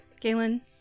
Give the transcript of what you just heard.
Galen